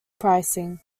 pricing